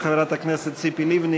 חברת הכנסת ציפי לבני,